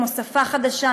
כמו שפה חדשה,